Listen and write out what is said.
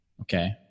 Okay